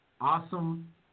awesome